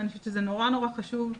ואני חושבת שזה נורא נורא חשוב,